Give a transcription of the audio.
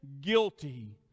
guilty